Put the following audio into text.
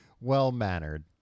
Well-mannered